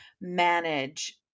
manage